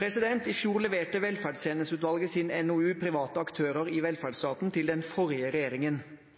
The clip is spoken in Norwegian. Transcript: I fjor leverte velferdstjenesteutvalget sin NOU «Private aktører i velferdsstaten» til den forrige regjeringen.